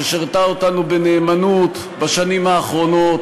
ששירתה אותנו בנאמנות בשנים האחרונות,